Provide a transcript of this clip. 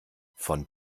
von